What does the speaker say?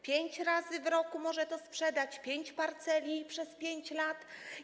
Pięć razy w roku może sprzedać, pięć parceli przez 5 lat?